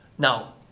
Now